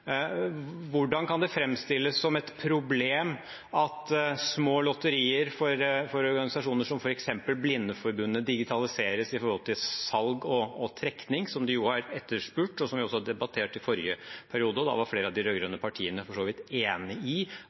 Hvordan kan det framstilles som et problem at små lotterier for organisasjoner som f.eks. Blindeforbundet, digitaliseres når det gjelder salg og trekning, som de har etterspurt? Vi debatterte det også i forrige periode, og da var flere av de rød-grønne partiene for så vidt enig i